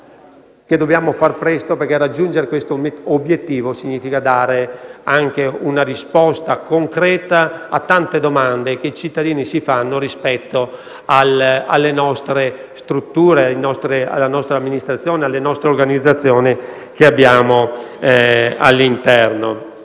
dobbiamo fare presto perché raggiungere questo obiettivo significa dare anche una risposta concreta a tante domande che i cittadini si pongono rispetto alle strutture, all'amministrazione e all'organizzazione interna.